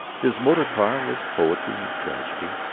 his motor car was poetry and tragedy,